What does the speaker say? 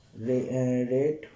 rate